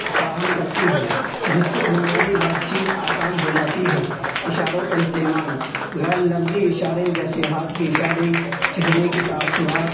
فراہم کرتی ہے جس سے بنیادی بات چیت آسان ہو جاتی ہے اشاروں کا استعمال غیر لفظی اشارے جیسے ہاتھ کے اشارے چہرے کے تأثرات